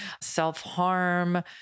Self-harm